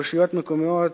רשויות מקומיות